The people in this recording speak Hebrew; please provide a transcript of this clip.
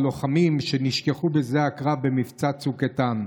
הלוחמים שנשכחו בשדה הקרב במבצע צוק איתן,